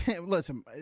listen